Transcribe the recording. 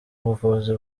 buvuzi